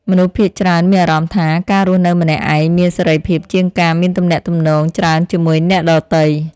មនុស្សភាគច្រើនមានអារម្មណ៍ថា ការរស់នៅម្នាក់ឯងមានសេរីភាពជាងការមានទំនាក់ទំនងច្រើនជាមួយអ្នកដទៃ។